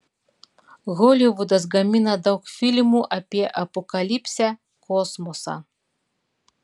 holivudas gamina daug filmų apie apokalipsę kosmosą